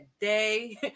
day